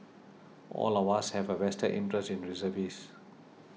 all of us have a vested interest in reservist